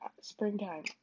springtime